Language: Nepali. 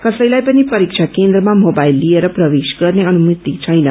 कसैलाई पनि परीक्षा केन्द्रमा मोबाइल लिएर प्रवेश गर्ने अनुपति छैन